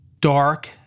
dark